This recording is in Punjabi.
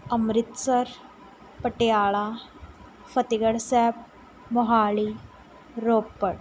ਅੰਮ੍ਰਿਤਸਰ ਪਟਿਆਲਾ ਫਤਿਹਗੜ੍ਹ ਸਾਹਿਬ ਮੋਹਾਲੀ ਰੋਪੜ